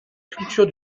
culture